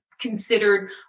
considered